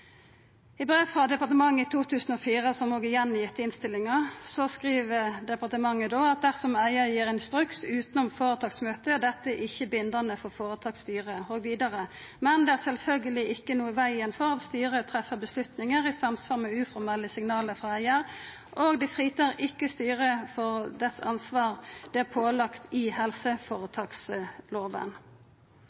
I brev frå departementet i 2004, som også er gitt att i innstillinga, skriv departementet: «Dersom eier gir instruks utenom foretaksmøtet, er dette ikke bindende for foretakets styre.» Vidare: «Det er selvfølgelig ikke noe i veien for at styret treffer beslutninger i samsvar med uformelle «signaler» fra eier, og det fritar ikke styret for det ansvar det er pålagt i helseforetaksloven.»